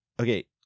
okay